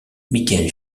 mickaël